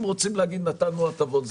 אם רוצים להגיד נתנו הטבות,